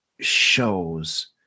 shows